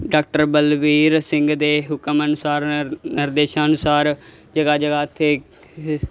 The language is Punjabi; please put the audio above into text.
ਡਾਕਟਰ ਬਲਵੀਰ ਸਿੰਘ ਦੇ ਹੁਕਮ ਅਨੁਸਾਰ ਨਿਰ ਨਿਰਦੇਸ਼ਾਂ ਅਨੁਸਾਰ ਜਗ੍ਹਾ ਜਗ੍ਹਾ ਇੱਥੇ ਕੇ